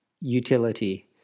utility